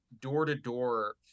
door-to-door